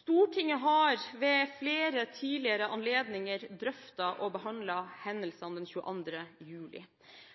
Stortinget har ved flere tidligere anledninger drøftet og behandlet hendelsene den 22. juli.